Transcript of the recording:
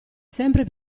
sempre